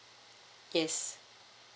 yes